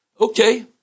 okay